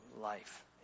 life